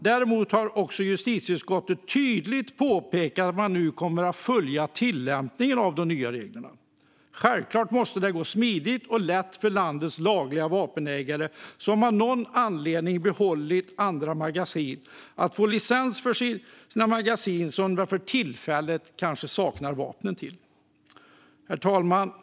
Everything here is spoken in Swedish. Däremot har justitieutskottet också tydligt påpekat att man nu kommer att följa tillämpningen av de nya reglerna. Självklart måste det gå smidigt och lätt för landets lagliga vapenägare som av någon anledning behållit andra magasin att få licens för sina magasin som de för tillfället kanske saknar vapen till.